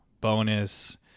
bonus